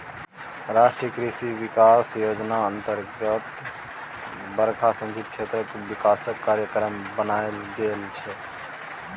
राष्ट्रीय कृषि बिकास योजना अतर्गत बरखा सिंचित क्षेत्रक बिकासक कार्यक्रम बनाएल गेल छै